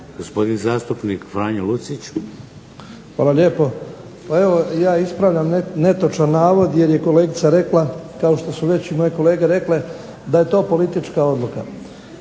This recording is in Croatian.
Lucić. **Lucić, Franjo (HDZ)** Hvala lijepo. Evo ja ispravljam netočan navod jer je kolegica rekla, kao što su već i moje kolege rekle, da je to politička odluka.